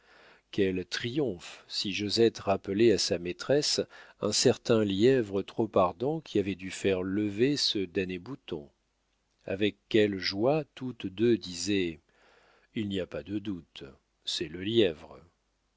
quel triomphe si josette rappelait à sa maîtresse un certain lièvre trop ardent qui avait dû faire lever ce damné bouton avec quelle joie toutes deux disaient il n'y a pas de doute c'est le lièvre